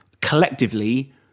Collectively